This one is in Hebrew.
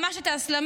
ממש את ההסלמה,